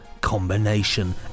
Combination